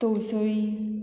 तोसळी